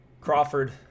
Crawford